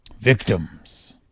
Victims